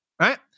Right